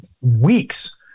weeks